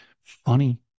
funny